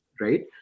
right